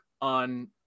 on